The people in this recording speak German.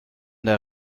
der